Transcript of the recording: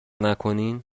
نکنین